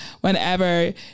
whenever